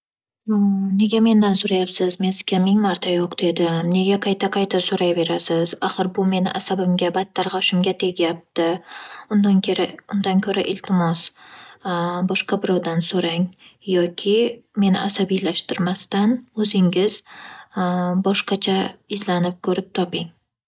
Nega mendan so'rayapsiz? Men sizga ming marta yo'q dedim. Nega qayta-qayta so'rayverasiz? Axir bu meni asabimga, battar g'ashimga tegyapti. Undan kera- undan ko'ra iltimos boshqa birovdan so'rang yoki meni asabiylashtirmasdan o'zingiz boshqacha izlanib ko'rib toping.